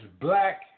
black